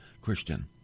Christian